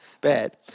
bad